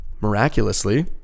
miraculously